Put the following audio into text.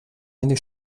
eine